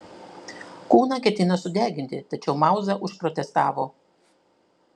kūną ketino sudeginti tačiau mauza užprotestavo